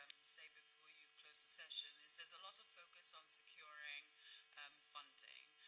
say before you close the session is there's a lot of focus on securing um funding,